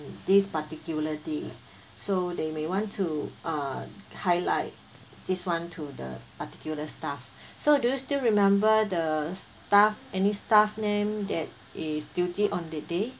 this particular day so they may want to uh highlight this one to the particular staff so do you still remember the staff any staff name that is duty on the day